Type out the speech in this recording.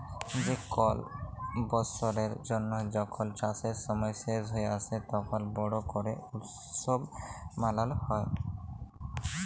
যে কল বসরের জ্যানহে যখল চাষের সময় শেষ হঁয়ে আসে, তখল বড় ক্যরে উৎসব মালাল হ্যয়